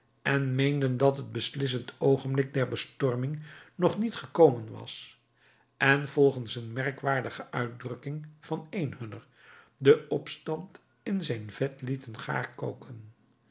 en meenden dat het beslissend oogenblik der bestorming nog niet gekomen was en volgens een merkwaardige uitdrukking van een hunner den opstand in zijn vet lieten gaar koken